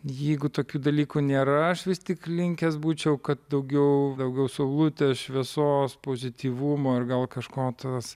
jeigu tokių dalykų nėra aš vis tik linkęs būčiau kad daugiau daugiau saulutės šviesos pozityvumo ir gal kažko tas